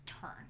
turn